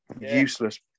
useless